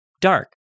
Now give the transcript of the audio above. Dark